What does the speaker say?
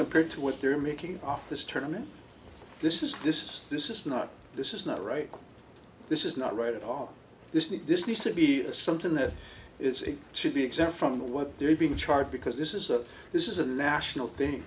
compared to what they're making off this tournament this is this is this is not this is not right this is not right at all this need this needs to be something that is it should be exempt from the what they're being charged because this is a this is a national thing